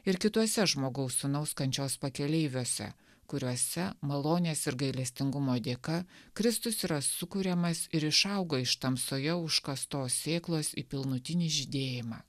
ir kituose žmogaus sūnaus kančios pakeleiviuose kuriuose malonės ir gailestingumo dėka kristus yra sukuriamas ir išaugo iš tamsoje užkastos sėklos į pilnutinį žydėjimą